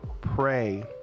pray